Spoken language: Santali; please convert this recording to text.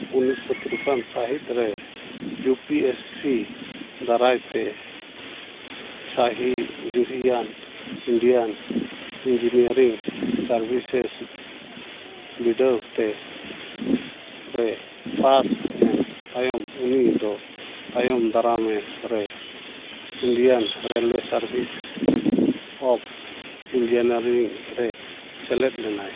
ᱩᱱᱤᱥᱥᱚ ᱛᱨᱤᱯᱟᱱ ᱥᱟᱹᱦᱤᱛ ᱨᱮ ᱤᱭᱩ ᱯᱤ ᱮᱥ ᱥᱤ ᱫᱟᱨᱟᱭ ᱛᱮ ᱥᱟᱹᱦᱤ ᱡᱩᱦᱤᱭᱟᱱ ᱤᱱᱰᱤᱭᱟᱱ ᱤᱧᱡᱤᱱᱤᱭᱟᱨᱤᱝ ᱥᱟᱨᱵᱷᱤᱥᱮᱥ ᱵᱤᱰᱟᱹᱣ ᱛᱮ ᱨᱮ ᱯᱟᱥ ᱮᱱ ᱛᱟᱭᱚᱢ ᱩᱱᱤ ᱫᱚ ᱛᱟᱭᱚᱢ ᱫᱟᱨᱟᱢ ᱨᱮ Indian railway service of engineering ᱨᱮ ᱥᱮᱞᱮᱫ ᱞᱮᱱᱟᱭ